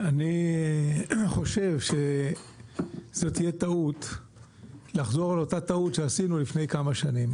אני חושב שזו תהיה טעות לחזור על אותה טעות שעשינו לפני כמה שנים.